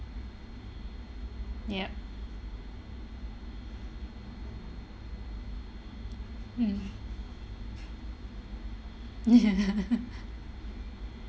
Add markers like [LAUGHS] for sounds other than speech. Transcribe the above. yup mm [LAUGHS]